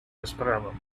расправам